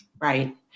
Right